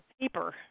paper